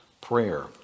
prayer